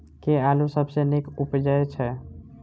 केँ आलु सबसँ नीक उबजय छै?